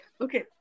okay